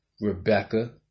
Rebecca